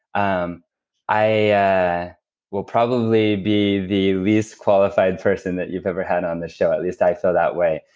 um i yeah will probably be the least qualified person that you've ever had on this show. at least i feel that way.